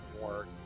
more